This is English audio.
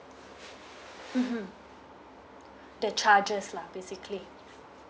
mmhmm the charges lah basically